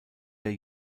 der